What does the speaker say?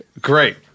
Great